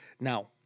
Now